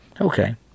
Okay